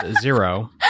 Zero